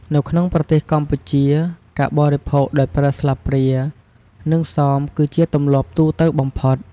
នៅក្នុងប្រទេសកម្ពុជា ការបរិភោគដោយប្រើស្លាបព្រា និងសមគឺជាទម្លាប់ទូទៅបំផុត។